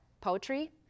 poetry